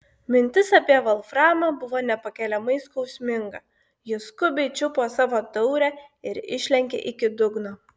mintis apie volframą buvo nepakeliamai skausminga ji skubiai čiupo savo taurę ir išlenkė iki dugno